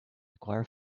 acquire